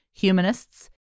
humanists